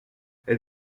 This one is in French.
elle